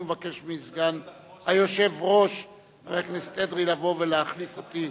ומבקש מסגן היושב-ראש חבר הכנסת אדרי לבוא ולהחליף אותי.